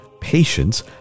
patience